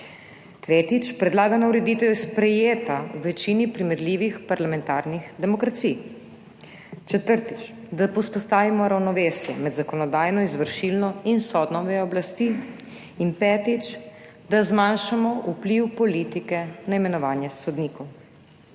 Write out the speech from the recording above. Tretjič. Predlagana ureditev je sprejeta v večini primerljivih parlamentarnih demokracij. Četrtič. Da vzpostavimo ravnovesje med zakonodajno, izvršilno in sodno vejo oblasti. In petič. Da zmanjšamo vpliv politike na imenovanje sodnikov.